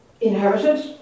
inherited